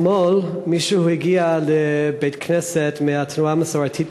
אתמול מישהו הגיע לבית-כנסת של התנועה המסורתית